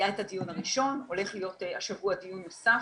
היה את הדיון הראשון, הולך להיות השבוע דיון נוסף,